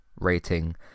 rating